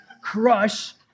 crush